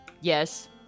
Yes